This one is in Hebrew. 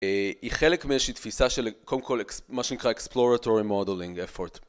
היא חלק מאיזו שהיא תפיסה של קודם כל מה שנקרא Exploratory Modeling Effort.